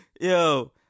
Yo